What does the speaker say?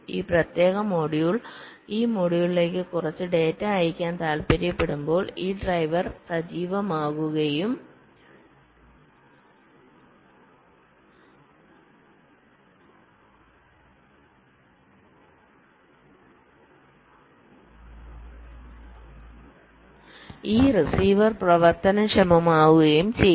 ഈ പ്രത്യേക മൊഡ്യൂൾ ഈ മൊഡ്യൂളിലേക്ക് കുറച്ച് ഡാറ്റ അയയ്ക്കാൻ താൽപ്പര്യപ്പെടുമ്പോൾ ഈ ഡ്രൈവർ സജീവമാക്കുകയും ഈ റിസീവർ പ്രവർത്തനക്ഷമമാക്കുകയും ചെയ്യും